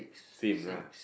same lah